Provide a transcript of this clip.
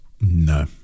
No